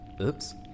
Oops